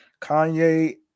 Kanye